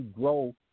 grow